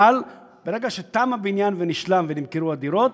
אבל ברגע שתם הבניין ונשלם ונמכרו הדירות,